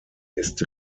ist